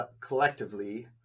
collectively